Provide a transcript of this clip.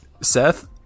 Seth